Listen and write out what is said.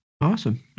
Awesome